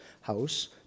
house